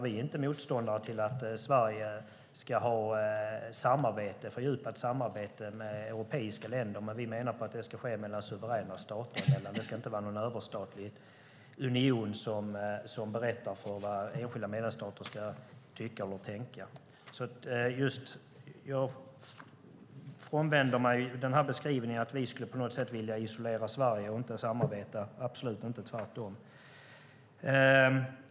Vi är inte motståndare till att Sverige ska ha ett fördjupat samarbete med europeiska länder, men vi menar att det ska ske suveräna stater emellan. Det ska inte vara någon överstatlig union som berättar vad enskilda medlemsstater ska tycka eller tänka. Jag vänder mig alltså från beskrivningen av att vi på något sätt skulle vilja isolera Sverige och inte samarbeta. Så är det absolut inte - tvärtom.